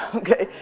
okay.